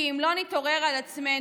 כי אם לא נתעורר על עצמנו,